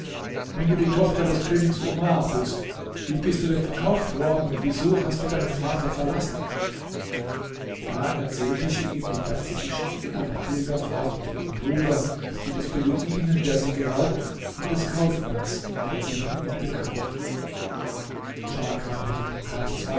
wenn du die tochter des königs omar bist wie bist du denn verkauft worden und wieso hast du deinen vater verlassen da erzählte sie ihm die ganze geschichte ihrer pilgerfahrt mit ihrem bruder die des beduinen der sie geraubt und des kaufmanns der sie von ihm gekauft scharkan hätte nun keinen